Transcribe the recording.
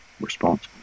response